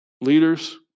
Leaders